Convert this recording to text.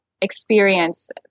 experience